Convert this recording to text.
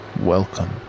Welcome